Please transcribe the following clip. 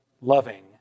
loving